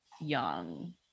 young